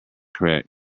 correct